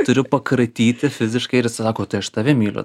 turiu pakratyti fiziškai ir jisai sako tai aš tave myliu